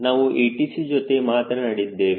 ನಾವು ATC ಜೊತೆ ಮಾತನಾಡಿದ್ದೇವೆ